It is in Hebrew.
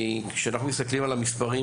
כי כשאנחנו מסתכלים על המספרים,